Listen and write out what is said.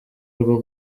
rwo